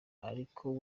ariko